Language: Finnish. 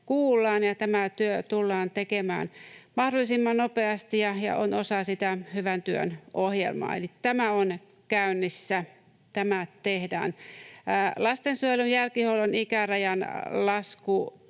kuullaan, ja tämä työ tullaan tekemään mahdollisimman nopeasti ja on osa sitä hyvän työn ohjelmaa. Eli tämä on käynnissä, tämä tehdään. Lastensuojelun jälkihuollon ikärajan lasku